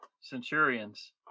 Centurions